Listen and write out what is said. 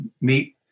meet